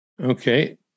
okay